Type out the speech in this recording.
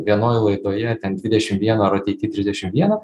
vienoj laidoje ten dvidešim vieno ar ateity trisdešim vieno